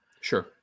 Sure